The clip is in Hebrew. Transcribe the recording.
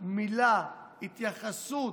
מילה, התייחסות,